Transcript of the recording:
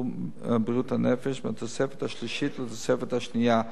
בריאות הנפש מהתוספת השלישית לתוספת השנייה.